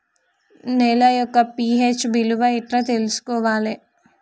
నేల యొక్క పి.హెచ్ విలువ ఎట్లా తెలుసుకోవాలి?